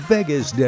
Vegas